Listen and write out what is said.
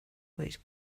which